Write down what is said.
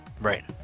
right